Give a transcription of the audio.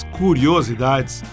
curiosidades